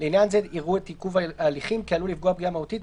לעניין זה יראו את עיכוב ההליכים כעלול לפגוע פגיעה מהותית,